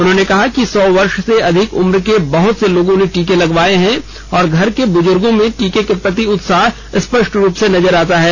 उन्होंने कहा कि सौ वर्ष से अधिक उम्र के बहत से लोगों ने टीके लगवाये हैं और घर के बुज़ुर्गों में टीके के प्रति उत्साह स्पष्ट रूप से नजर आता है